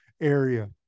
area